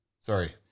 sorry